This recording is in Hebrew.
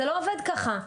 זה לא עובד ככה.